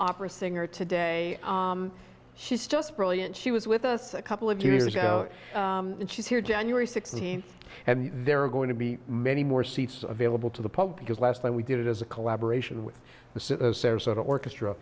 opera singer today she's just brilliant she was with us a couple of years ago and she's here january sixteenth and there are going to be many more seats available to the public because last time we did it as a collaboration with the orchestra